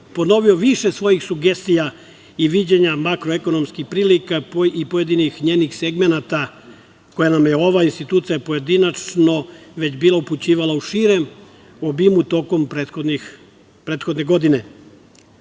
ponovio više svojih sugestija i viđenja makro-ekonomskih prilika i pojedinih njenih segmenata koje nam je ova institucija pojedinačno već bila upućivala u širem obimu tokom prethodne godine,